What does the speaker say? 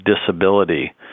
disability